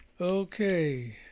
Okay